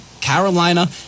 Carolina